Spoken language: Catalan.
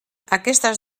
aquestes